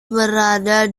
berada